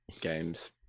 games